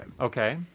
Okay